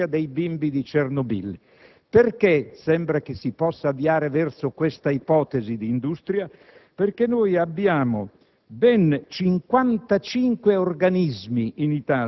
e in Bielorussia ci sia un'industria dei bimbi di Chernobyl perché, sempre che ci si possa avviare verso questa ipotesi di industria, in Italia